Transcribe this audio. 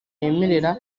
yemerera